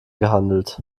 gehandelt